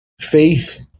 faith